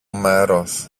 μέρος